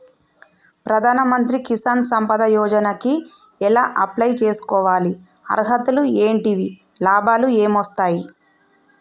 ప్రధాన మంత్రి కిసాన్ సంపద యోజన కి ఎలా అప్లయ్ చేసుకోవాలి? అర్హతలు ఏంటివి? లాభాలు ఏమొస్తాయి?